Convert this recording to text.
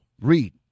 Read